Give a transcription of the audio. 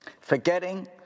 forgetting